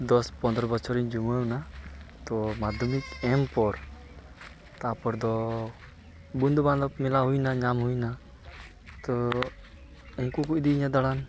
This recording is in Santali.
ᱫᱚᱥ ᱯᱚᱸᱫᱨᱚ ᱵᱚᱪᱷᱚᱨᱤᱧ ᱡᱩᱣᱟᱹᱱ ᱮᱱᱟ ᱛᱚ ᱢᱟᱫᱽᱫᱷᱚᱢᱤᱠ ᱮᱢ ᱯᱚᱨ ᱛᱟᱨᱯᱚᱨ ᱫᱚ ᱵᱚᱱᱫᱷᱩᱼᱵᱟᱱᱫᱷᱚᱵ ᱠᱚ ᱢᱮᱱᱟ ᱧᱟᱢ ᱦᱩᱭᱮᱱᱟ ᱛᱚ ᱤᱱᱠᱩ ᱠᱚ ᱤᱫᱤᱭᱮᱧᱟᱹ ᱫᱟᱲᱟᱱ